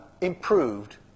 improved